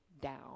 down